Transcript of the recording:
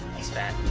he's fat.